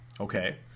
okay